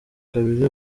kabiri